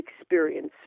experience